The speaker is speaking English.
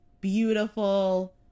beautiful